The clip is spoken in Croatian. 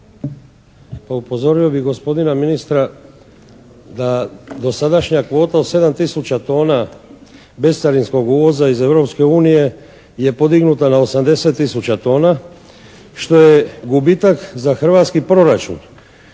upozorio bih gospodina ministra da dosadašnja kvota od 7 tisuća tona bescarinskog uvoza iz Europske unije je podignuta na 80 tisuća tona. Što je gubitak za hrvatski proračun.